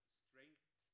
strength